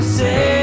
say